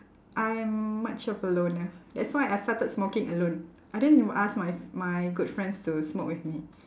I am much of a loner that's why I started smoking alone I didn't even ask my my good friends to smoke with me